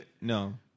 no